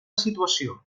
situació